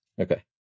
Okay